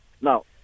Now